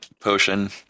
potion